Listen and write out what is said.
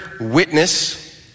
witness